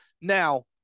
now